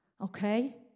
Okay